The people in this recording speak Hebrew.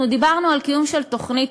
אנחנו דיברנו על קיום של תוכנית